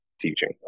teaching